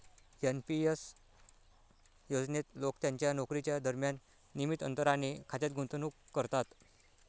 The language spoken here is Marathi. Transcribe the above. एन.पी एस योजनेत लोक त्यांच्या नोकरीच्या दरम्यान नियमित अंतराने खात्यात गुंतवणूक करतात